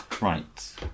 Right